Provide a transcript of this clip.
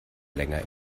länger